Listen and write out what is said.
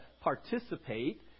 participate